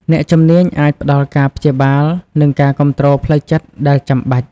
អ្នកជំនាញអាចផ្តល់ការព្យាបាល និងការគាំទ្រផ្លូវចិត្តដែលចាំបាច់។